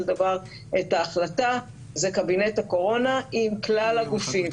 דבר את ההחלטה זה קבינט הקורונה עם כלל הגופים,